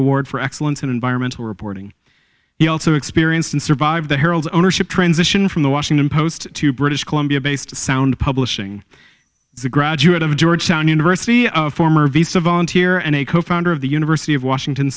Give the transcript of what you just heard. award for excellence in environmental reporting he also experienced and survived the herald's ownership transition from the washington post to british columbia based sound publishing as a graduate of georgetown university of former vista volunteer and a co founder of the university of washington